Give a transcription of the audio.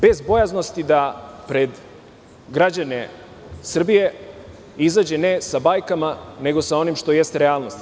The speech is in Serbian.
Bez bojaznosti da pred građane Srbije izađe ne sa bajkama nego sa onim što jeste realnost.